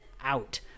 out